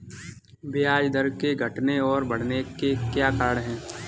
ब्याज दर के घटने और बढ़ने के क्या कारण हैं?